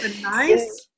nice